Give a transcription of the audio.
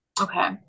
Okay